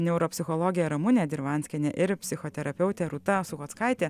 neuropsichologė ramunė dirvanskienė ir psichoterapeutė rūta suchockaitė